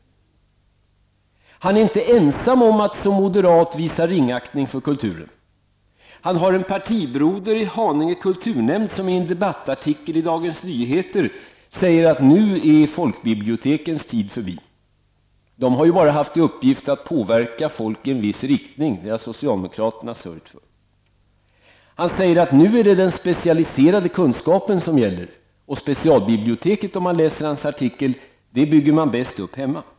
Cederschiöld är inte ensam som moderat om att visa ringaktning mot kulturen. Han har en partibroder i Haninge kulturnämnd som i en debattartikel i Dagens Nyheter säger att nu är folkbibliotekens tid förbi. De har ju bara haft till uppgift att påverka folket i en viss riktning. Det har socialdemokraterna sörjt för. Nu är det den specialiserade kunskapen som gäller. Enligt artikeln bygger man upp specialbiblioteket bäst hemma.